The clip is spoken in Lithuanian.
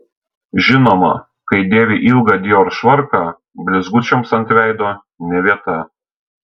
žinoma kai dėvi ilgą dior švarką blizgučiams ant veido ne vieta